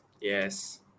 Yes